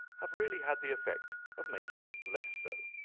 have really had the effect of making it less so.